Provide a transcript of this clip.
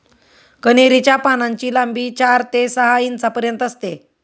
कन्हेरी च्या पानांची लांबी चार ते सहा इंचापर्यंत असते